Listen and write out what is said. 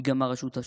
היא גם הרשות השופטת.